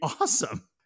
awesome